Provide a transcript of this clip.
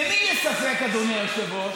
למי יש ספק, אדוני היושב-ראש?